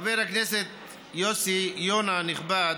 חבר הכנסת יוסי יונה הנכבד,